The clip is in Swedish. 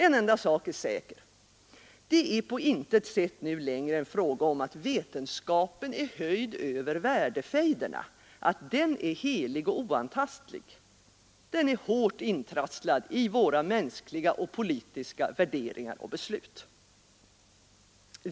En enda sak är säker: det är på intet sätt nu längre en fråga om att vetenskapen är höjd över värdefejderna, att den är helig och oantastlig. Den är hårt kliga och politiska värderingar och beslut.